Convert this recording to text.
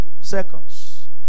seconds